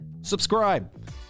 subscribe